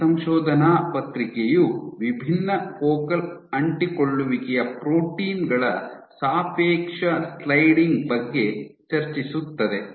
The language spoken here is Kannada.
ಈ ಸಂಶೋಧನಾ ಪತ್ರಿಕೆಯು ವಿಭಿನ್ನ ಫೋಕಲ್ ಅಂಟಿಕೊಳ್ಳುವಿಕೆಯ ಪ್ರೋಟೀನ್ ಗಳ ಸಾಪೇಕ್ಷ ಸ್ಲೈಡಿಂಗ್ ಬಗ್ಗೆ ಚರ್ಚಿಸುತ್ತದೆ